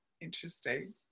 interesting